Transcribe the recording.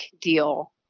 deal